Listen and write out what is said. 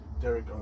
Derek